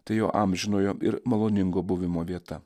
tai jo amžinojo ir maloningo buvimo vieta